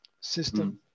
system